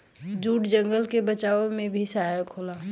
jute जंगल के बचावे में भी सहायक होला